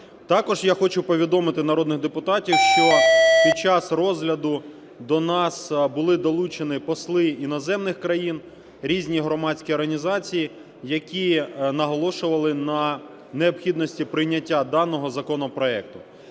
Також я хочу повідомити народних депутатів, що під час розгляду до нас були долучені посли іноземних країн, різні громадські організації, які наголошували на необхідності прийняття даного законопроекту.